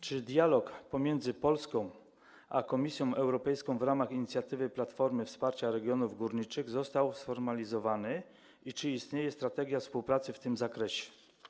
Czy dialog pomiędzy Polską a Komisją Europejską w ramach inicjatywy Platformy Wsparcia Regionów Górniczych został sformalizowany i czy istnieje strategia współpracy w tym zakresie?